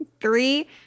Three